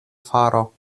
faro